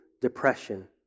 depression